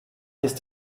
ist